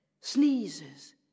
sneezes